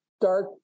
dark